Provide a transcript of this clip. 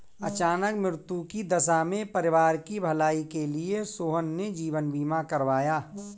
अचानक मृत्यु की दशा में परिवार की भलाई के लिए सोहन ने जीवन बीमा करवाया